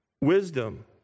wisdom